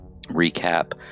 recap